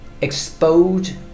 exposed